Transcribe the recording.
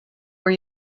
were